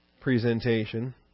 presentation